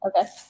Okay